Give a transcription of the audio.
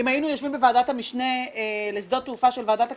יושבים בוועדת המשנה לשדות תעופה של ועדת הכלכלה,